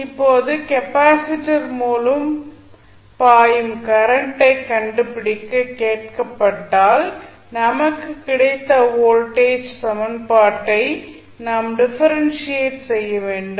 இப்போது கெப்பாசிட்டர் மூலம் பாயும் கரண்டை கண்டுபிடிக்க கேட்கப்பட்டால் நமக்கு கிடைத்த வோல்டேஜ் சமன்பாட்டை நாம் டிஃபரென்ஷியேட் செய்ய வேண்டும்